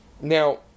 Now